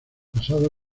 casado